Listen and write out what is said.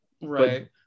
Right